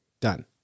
Done